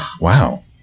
Wow